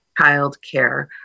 childcare